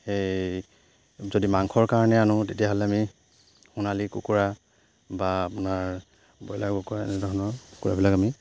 সেই যদি মাংসৰ কাৰণে আনো তেতিয়াহ'লে আমি সোণালী কুকুৰা বা আপোনাৰ ব্ৰইলাৰ কুকুৰা এনেধৰণৰ কুকুৰাবিলাক আমি